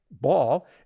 ball